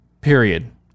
Period